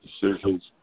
decisions